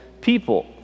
people